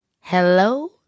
Hello